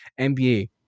NBA